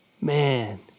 man